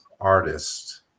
artist